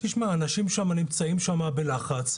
תשמע, אנשים נמצאים שמה בלחץ.